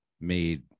made